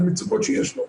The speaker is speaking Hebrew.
על מצוקות שיש לו.